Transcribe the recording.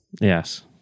Yes